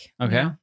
Okay